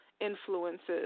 influences